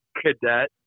cadet